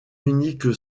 unique